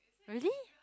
really